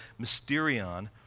mysterion